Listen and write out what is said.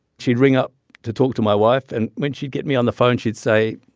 she'd ring up to talk to my wife. and when she'd get me on the phone she'd say,